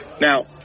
Now